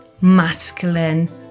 masculine